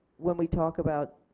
when we talk about,